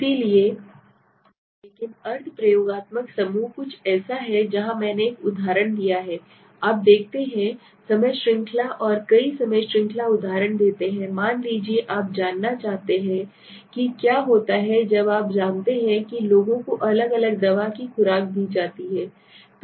इसलिए लेकिन अर्ध प्रयोगात्मक समूह कुछ ऐसा है जहां मैंने एक उदाहरण दिया है आप देखते हैं समय श्रृंखला और कई समय श्रृंखला उदाहरण देते हैं मान लीजिए आप जांचना चाहते हैं कि क्या होता है जब आप जानते हैं कि लोगों को अलग अलग दवा कि खुराक दी जाती है